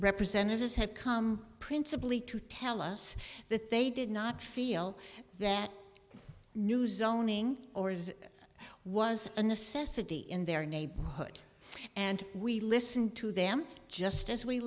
representatives have come principally to tell us that they did not feel that new zoning or is was a necessity in their neighborhood and we listen to them just as we